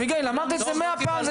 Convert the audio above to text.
אביגיל, אמרת את זה מאה פעמים.